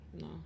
no